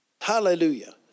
Hallelujah